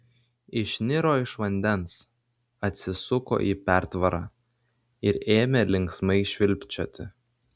išniro iš vandens atsisuko į pertvarą ir ėmė linksmai švilpčioti